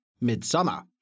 Midsummer